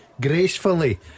gracefully